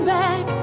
back